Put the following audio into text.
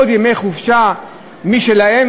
עוד ימי חופשה משלהם,